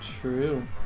True